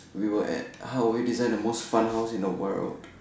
we were at how we design the most fun house in the world